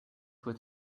with